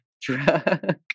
drug